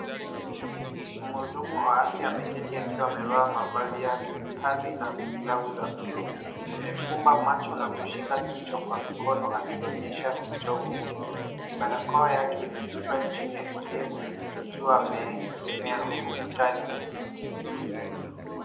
Mhudumu wa afya ameketi akiwa amevaa mavazi ya kazi na glavu za bluu. Amefumba macho na kushika kichwa kwa mikono akionyesha uchovu mwingi. Barakoa yake imeshushwa chini ya kidevu, akiwa ameegemea ukutani.